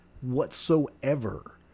whatsoever